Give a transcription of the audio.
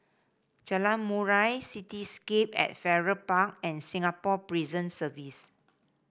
Jalan Murai Cityscape at Farrer Park and Singapore Prison Service